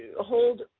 hold